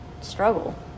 struggle